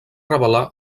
revelar